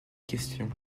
question